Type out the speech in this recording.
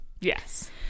yes